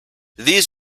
these